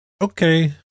okay